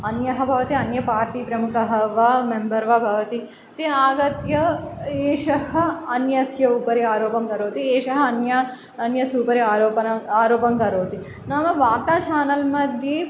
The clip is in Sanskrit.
अन्यः भवति अन्यपार्टि प्रमुखः वा मेम्बर् वा भवति आगत्य एषः अन्यस्य उपरि आरोपं करोति एषः अन्य अन्यस्यं उपरि आरोपन आरोपं करोति नाम वार्ता चानल् मध्ये